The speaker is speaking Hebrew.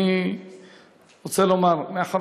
אני רוצה לומר, מאחר